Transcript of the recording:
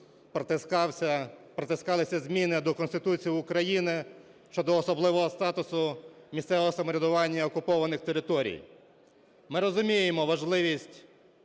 протискалися зміни до Конституції України щодо особливого статусу місцевого самоврядування окупованих територій. Ми розуміємо важливість